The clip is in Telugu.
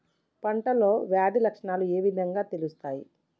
పంటలో వ్యాధి లక్షణాలు ఏ విధంగా తెలుస్తయి?